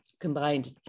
combined